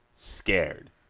Scared